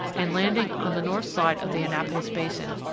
and landing on the north side of the annapolis basin,